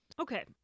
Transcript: okay